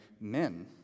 men